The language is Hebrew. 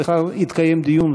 וכך יתקיים דיון,